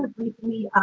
ah briefly?